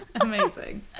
Amazing